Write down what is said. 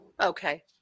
okay